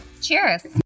Cheers